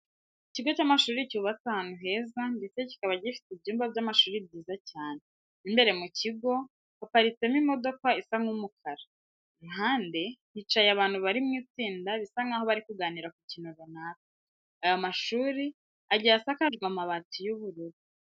Ikigo cy'amashuri cyubatse ahantu heza ndetse kikaba gifite ibyumba by'amashuri byiza cyane, mo imbere muri icyo kigo haparitsemo imodoka isa nk'umukara. iruhande hicaye abantu bari mu itsinda bisa nkaho bari kuganira ku kintu runaka. Aya mashuri agiye asakajwe amabati y'ubururu.